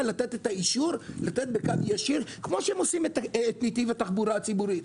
לתת את האישור בקו ישיר כפי שהם עושים בתחבורה הציבורית.